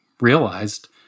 realized